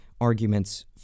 arguments